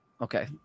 okay